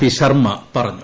P Sharma പറഞ്ഞു